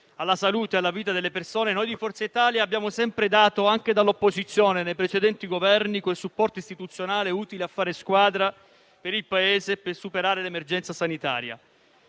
alla salute e alla vita delle persone, Forza Italia ha sempre dato - anche dall'opposizione, nei precedenti Governi - quel supporto istituzionale utile a fare squadra per il Paese per superare l'emergenza sanitaria.